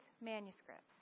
manuscripts